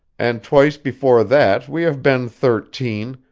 and twice before that we have been thirteen,